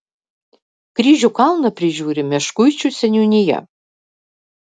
kryžių kalną prižiūri meškuičių seniūnija